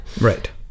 Right